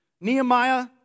Nehemiah